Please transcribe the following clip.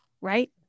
right